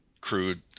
crude